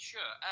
Sure